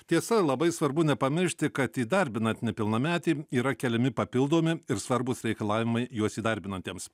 tiesa labai svarbu nepamiršti kad įdarbinant nepilnametį yra keliami papildomi ir svarbūs reikalavimai juos įdarbinantiems